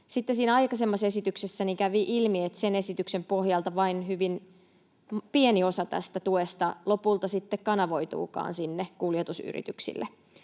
aikaisemmassa esityksessä kävi ilmi, että sen esityksen pohjalta vain hyvin pieni osa tästä tuesta lopulta sitten kanavoituu sinne kuljetusyrityksille.